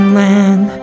land